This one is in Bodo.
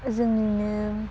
जोंनिनो